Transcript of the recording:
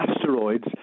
asteroids